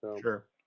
Sure